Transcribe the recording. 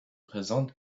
présente